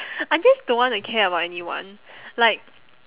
I just don't want to care about anyone like